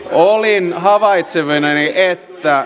olin havaitsevinani että